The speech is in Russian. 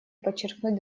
подчеркнуть